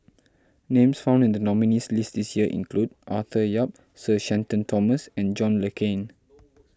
names found in the nominees' list this year include Arthur Yap Sir Shenton Thomas and John Le Cain